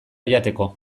jateko